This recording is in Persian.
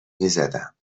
میزدم